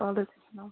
وعلیکُم سلام